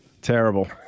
Terrible